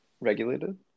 regulated